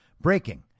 Breaking